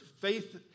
faith